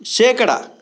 ಶೇಕಡಾ